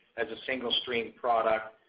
that's a single stream product.